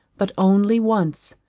but only once,